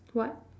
what